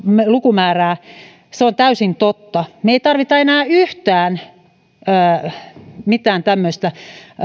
lukumäärää se on täysin totta me emme tarvitse enää yhtään tämmöistä